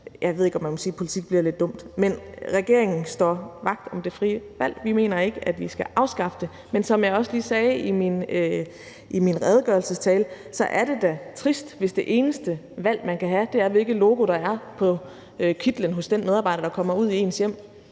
ved jeg ikke om man må sige. Men regeringen står vagt om det frie valg. Vi mener ikke, at vi skal afskaffe det. Men som jeg også lige sagde i min redegørelsestale, så er det da trist, hvis det eneste valg, man kan have, er, hvilket logo der er på kitlen hos den medarbejder, der kommer ud i ens hjem.